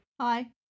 Hi